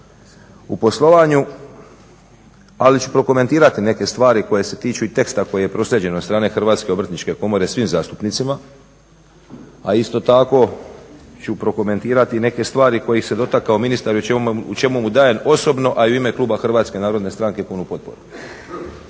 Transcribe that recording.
u poslovanju, ali ću prokomentirati neke stvari koje se tiču i teksta koji je proslijeđen od strane Hrvatske obrtničke komore svih zastupnicima, a isto tako ću prokomentirati neke stvari kojih se dotakao ministar, u čemu mu dajem osobno, a i u ime kluba HNS-a punu potporu.